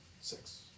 six